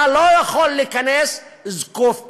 אתה לא יכול להיכנס זקוף קומה,